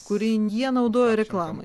kurį jie naudoja reklamai